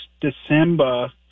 December